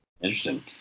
interesting